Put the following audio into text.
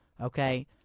okay